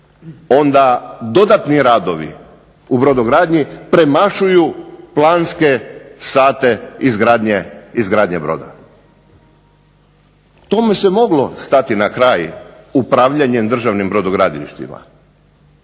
onda dodatni radovi u brodogradnji premašuju planske sate izgradnje broda. Tome se moglo stati na kraj upravljanjem državnim brodogradilištima.